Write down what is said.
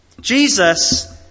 Jesus